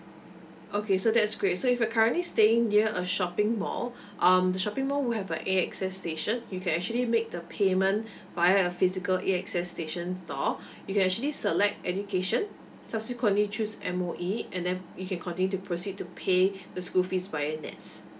okay so that's great so if you're currently staying near a shopping mall um the shopping mall would have like A_X_S station you can actually make the payment via a physical A_X_S stations or you can actually select education subsequently choose M_O_E and then you can continue to proceed to pay the school fees via N_E_T_S